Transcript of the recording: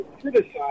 criticize